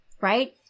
right